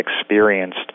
experienced